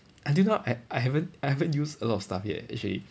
until now I I haven't I haven't use a lot of stuff yet actually